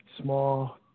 small